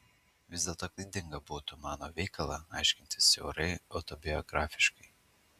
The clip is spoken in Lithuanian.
vis dėlto klaidinga būtų mano veikalą aiškinti siaurai autobiografiškai